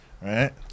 right